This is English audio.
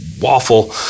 waffle